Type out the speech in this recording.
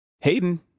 Hayden